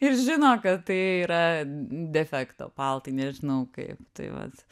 ir žino kad tai yra defekto paltai nežinau kaip tai vat